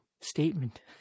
statement